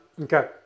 Okay